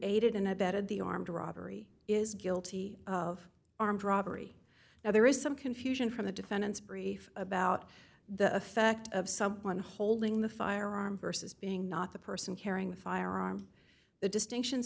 the armed robbery is guilty of armed robbery now there is some confusion from the defendant's brief about the effect of someone holding the firearm versus being not the person carrying the firearm the distinctions